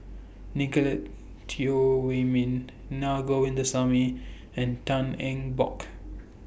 Nicolette Teo Wei Min Na Govindasamy and Tan Eng Bock